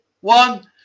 one